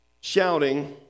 shouting